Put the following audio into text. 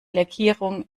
lackierung